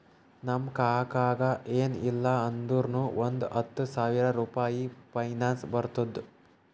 ನಮ್ ಕಾಕಾಗ ಎನ್ ಇಲ್ಲ ಅಂದುರ್ನು ಒಂದ್ ಹತ್ತ ಸಾವಿರ ರುಪಾಯಿ ಪೆನ್ಷನ್ ಬರ್ತುದ್